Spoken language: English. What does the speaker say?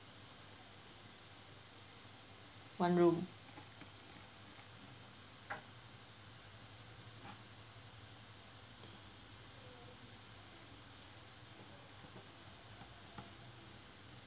one room